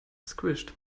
squished